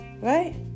Right